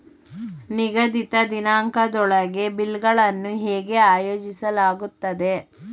ನಿಗದಿತ ದಿನಾಂಕದೊಳಗೆ ಬಿಲ್ ಗಳನ್ನು ಹೇಗೆ ಆಯೋಜಿಸಲಾಗುತ್ತದೆ?